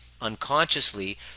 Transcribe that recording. unconsciously